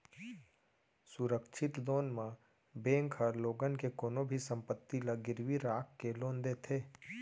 सुरक्छित लोन म बेंक ह लोगन के कोनो भी संपत्ति ल गिरवी राख के लोन देथे